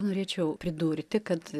norėčiau pridurti kad